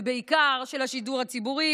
ובעיקר של השידור הציבורי.